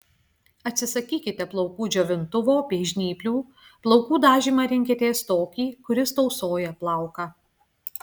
atsisakykite plaukų džiovintuvo bei žnyplių plaukų dažymą rinkitės tokį kuris tausoja plauką